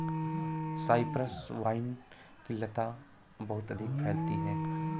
Cyprus vine की लता बहुत अधिक फैलती है